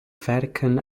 vatican